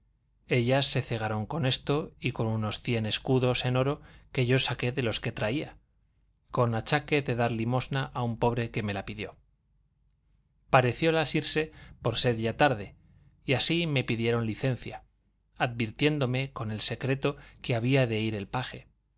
ellas se cegaron con esto y con unos cien escudos en oro que yo saqué de los que traía con achaque de dar limosna a un pobre que me la pidió pareciólas irse por ser ya tarde y así me pidieron licencia advirtiéndome con el secreto que había de ir el paje